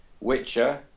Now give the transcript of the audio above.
Witcher